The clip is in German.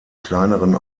kleineren